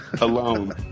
alone